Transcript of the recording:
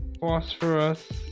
phosphorus